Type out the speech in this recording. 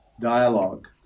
dialogue